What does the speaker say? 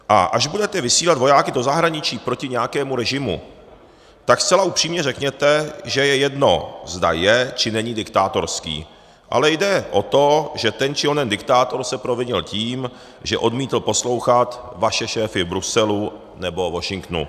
A až budete vysílat vojáky do zahraničí proti nějakému režimu, tak zcela upřímně řekněte, že je jedno, zda je, či není diktátorský, ale jde o to, že ten či onen diktátor se provinil tím, že odmítl poslouchat vaše šéfy v Bruselu nebo Washingtonu.